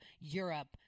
Europe